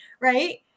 right